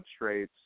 substrates